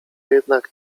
jednak